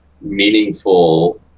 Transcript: meaningful